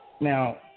Now